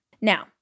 Now